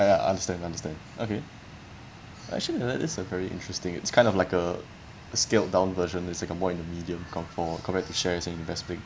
I understand understand okay actually that is uh very interesting it's kind of like a a scaled down version that's like more in the medium control compared to shares in investing